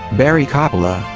barry coppola,